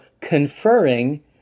conferring